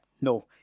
No